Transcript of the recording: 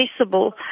accessible